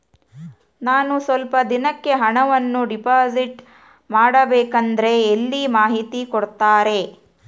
ನಾನು ಸ್ವಲ್ಪ ದಿನಕ್ಕೆ ಹಣವನ್ನು ಡಿಪಾಸಿಟ್ ಮಾಡಬೇಕಂದ್ರೆ ಎಲ್ಲಿ ಮಾಹಿತಿ ಕೊಡ್ತಾರೆ?